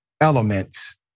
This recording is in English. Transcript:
elements